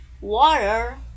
water